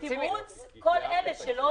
ועדת הכספים,